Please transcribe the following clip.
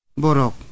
borok